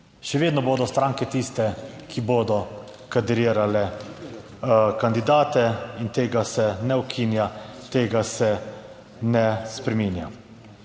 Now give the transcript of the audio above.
Še vedno bodo stranke tiste, ki bodo kadrirale kandidate in tega se ne ukinja, tega se ne spreminja.